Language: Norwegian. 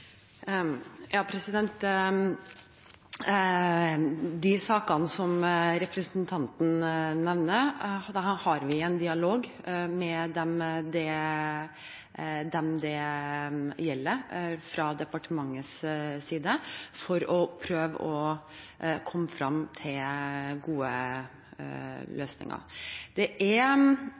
de sakene som representanten nevner, har vi en dialog med dem det gjelder, fra departementets side for å prøve å komme frem til gode løsninger. Det er